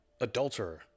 Adulterer